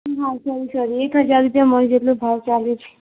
હા sorry sorry એક હજાર રૂપિયા મણ જેટલો ભાવ ચાલે છે